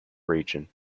region